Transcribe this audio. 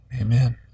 Amen